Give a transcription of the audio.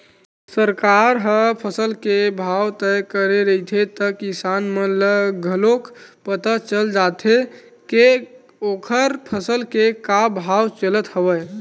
सरकार ह फसल के भाव तय करे रहिथे त किसान मन ल घलोक पता चल जाथे के ओखर फसल के का भाव चलत हवय